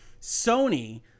Sony